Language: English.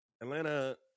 Atlanta